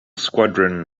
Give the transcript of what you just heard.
squadron